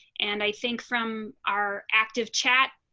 and i think from our active chat,